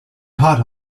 caught